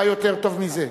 מה יותר טוב מזה?